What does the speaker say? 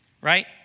right